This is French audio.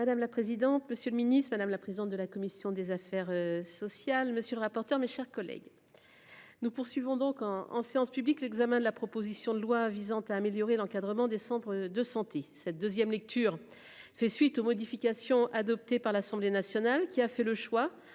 Madame la présidente. Monsieur le Ministre, madame la présidente de la commission des affaires sociales. Monsieur le rapporteur. Mes chers collègues. Nous poursuivons donc en en séance publique, l'examen de la proposition de loi visant à améliorer l'encadrement des centres de santé cette deuxième lecture fait suite aux modifications adoptées par l'Assemblée nationale qui a fait le choix